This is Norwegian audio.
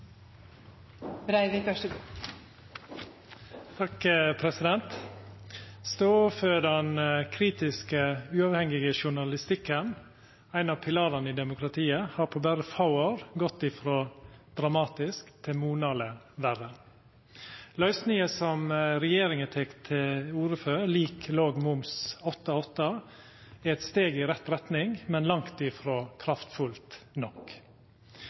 for den kritiske, uavhengige journalistikken, ein av pilarane i demokratiet, har på berre få år gått frå dramatisk til monaleg verre. Løysinga som regjeringa tek til orde for, lik låg moms 8–8, er eit steg i rett retning, men langt frå kraftfullt nok.